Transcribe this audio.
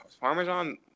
Parmesan